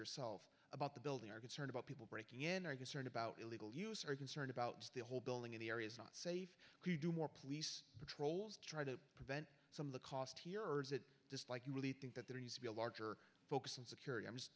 yourself about the building are concerned about people breaking in our concern about illegal use are you concerned about the whole building in the areas not safe who do more police patrols try to prevent some of the cost here or is it just like you really think that there needs to be a larger focus on security i'm just